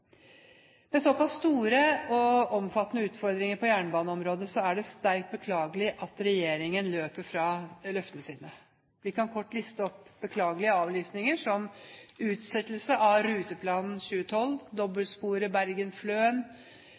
med mindre snøfall. Med såpass store og omfattende utfordringer på jernbaneområdet er det sterkt beklagelig at regjeringen løper fra løftene sine. Vi kan kort liste opp beklagelige avlysninger, som utsettelse av Ruteplan 2012,